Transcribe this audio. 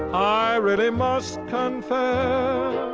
i really must confess